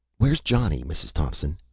where's johnny, mrs. thompson?